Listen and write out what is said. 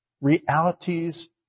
realities